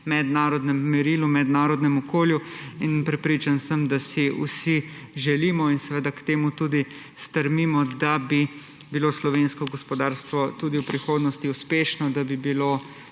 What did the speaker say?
mednarodnem merilu, mednarodnem okolju. Prepričan sem, da si vsi želimo in seveda k temu tudi stremimo, da bi bilo slovensko gospodarstvo tudi v prihodnosti uspešno, da bi bilo